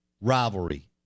rivalry